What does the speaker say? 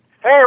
Hey